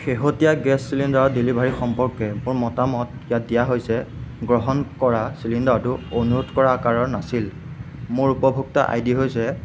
শেহতীয়া gas cylinder delivery সম্পৰ্কে মোৰ মতামত ইয়াত দিয়া হৈছে গ্ৰহণ কৰা চিলিণ্ডাৰটো অনুৰোধ কৰা আকাৰৰ নাছিল মোৰ উপভোক্তা আই ডি হৈছে